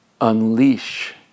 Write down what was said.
unleash